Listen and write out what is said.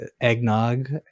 eggnog